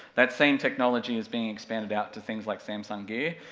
that same technology is being expanded out to things like samsung gear,